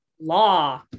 law